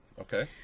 Okay